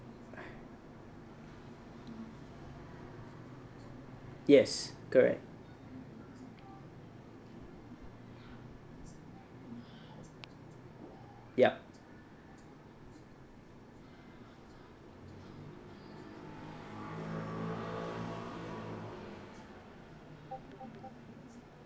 yes correct yup